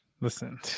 listen